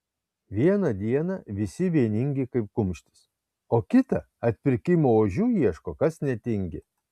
vieną dieną visi vieningi kaip kumštis o kitą atpirkimo ožių ieško kas netingi